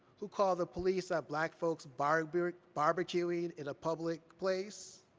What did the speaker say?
who call the police on black folks barbecuing barbecuing in a public place.